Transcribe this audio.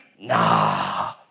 nah